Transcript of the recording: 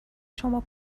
شما